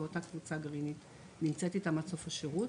ואותה קבוצה גרעינית נמצאת איתם עד סוף השירות,